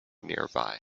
nearby